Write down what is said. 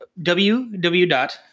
www